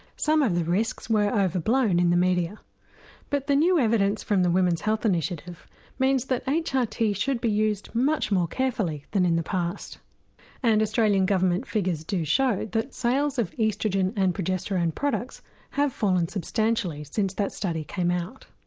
some of the risks were overblown in the media but the new evidence from the women's health initiative means that hrt ah should be used much more carefully than in the past and australian government figures do show that sales of oestrogen and progesterone products have fallen substantially since that study came out.